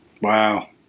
Wow